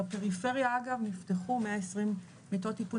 בפריפריה אגב נפתחו מאה עשרים מיטות טיפול